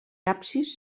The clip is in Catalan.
absis